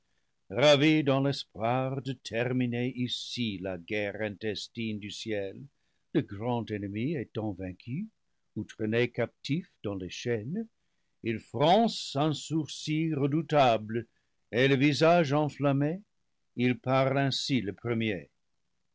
ravi dans l'espoir de terminer ici la guerre intestine du ciel le grand ennemi étant vaincu ou traîné captif dans les chaînes il fronce un sourcil redoutable et le visage en flammé il parle ainsi le premier